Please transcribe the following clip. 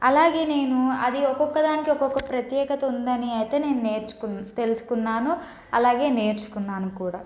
అలాగే నేనూ అది ఒకొక్క దానికి ఒకొక్క ప్రత్యేకత ఉందని అయితే నేను నేర్చుకు తెలుసుకున్నాను అలాగే నేర్చుకున్నాను కూడా